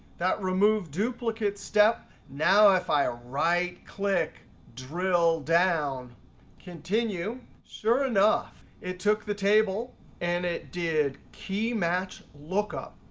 that remove duplicate step, now if i right click drill down continue, sure enough it took the table and it did key match lookup.